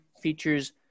features